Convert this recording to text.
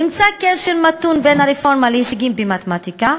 נמצא קשר מתון בין הרפורמה להישגים במתמטיקה,